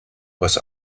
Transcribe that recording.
was